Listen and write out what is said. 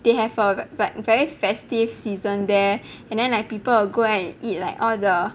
they have a like very festive season there and then like people will go and eat like all the